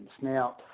Now